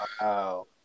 Wow